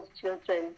children